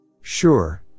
Sure